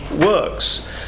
works